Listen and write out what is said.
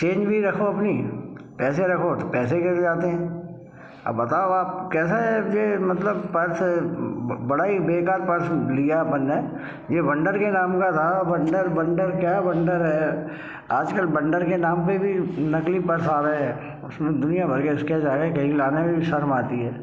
change भी रखो अपनी पैसे रखो तो पैसे गिर जाते हैं अब बताओ आप कैसा है ये मतलब पर्स बड़ा ही बेकार पर्स लिया है अपन ने ये वंडर के नाम का था वंडर वंडर क्या वंडर है आजकल वंडर के नाम पर भी नकली पर्स आ रहे हैं उसमें दुनिया भर के स्क्रैच आ रहे कहीं लाने में भी शर्म आती है